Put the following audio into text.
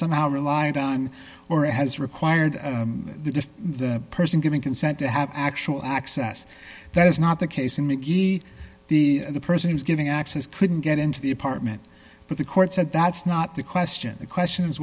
somehow relied on or has required the person giving consent to have actual access that is not the case in mickey the person who is giving access couldn't get into the apartment but the court said that's not the question the question is